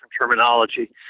terminology